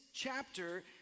chapter